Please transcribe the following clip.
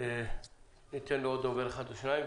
אני מייצג שני כובעים.